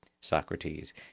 Socrates